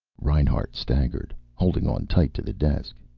reinhart staggered, holding on tight to the desk.